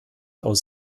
aus